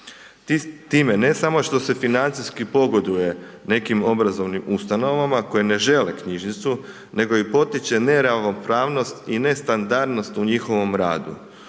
Time ne samo što se financijski pogoduje nekim obrazovnim ustanovama koje ne žele knjižnicu, nego i potiče neravnopravnost i nestandardnost u njihovom radu.